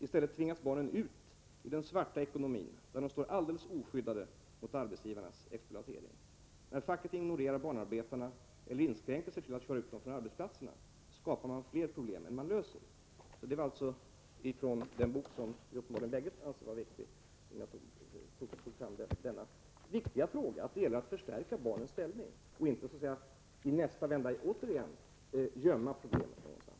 I stället tvingas barnen ut i den svarta ekonomin, där de står alldeles oskyddade mot arbetsgivarnas exploatering.” Vidare heter det: ”När facket ignorerar barnarbetarna eller inskränker sig till att köra ut dem från arbetsplatserna, skapar man fler problem än man löser.” Detta var alltså citat ur den bok som vi uppenbarligen bägge anser vara väsentlig. Det är viktigt att förstärka barnens ställning och inte så att säga i nästa vända återigen gömma problemet någonstans.